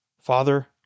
Father